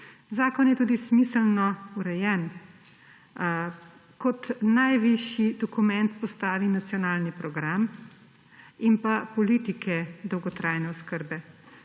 Zakon je tudi smiselno urejen, kot najvišji dokument postavi nacionalni program in pa politike dolgotrajne oskrbe